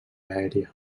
aèria